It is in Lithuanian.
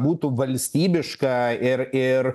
būtų valstybiška ir ir